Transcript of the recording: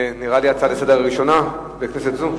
נדמה לי שזו ההצעה הראשונה שלך לסדר-היום בכנסת זו.